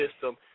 system